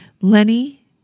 Lenny